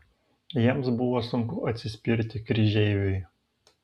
jiems buvo sunku atsispirti kryžeiviui